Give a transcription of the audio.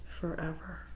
forever